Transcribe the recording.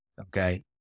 okay